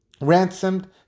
ransomed